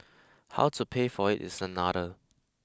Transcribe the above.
how to pay for it is another